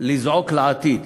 לזעוק לעתיד,